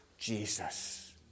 Jesus